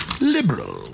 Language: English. Liberal